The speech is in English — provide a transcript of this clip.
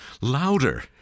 louder